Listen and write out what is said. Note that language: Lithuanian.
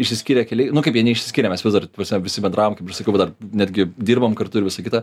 išsiskyrė keliai nu kaip jie neišsiskyrė mes vis dar ta prasme visi bendraujam kaip ir sakiau dar netgi dirbam kartu ir visa kita